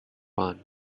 fun